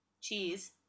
Cheese